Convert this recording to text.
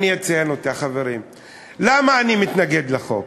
למה אני מתנגד לחוק?